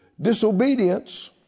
Disobedience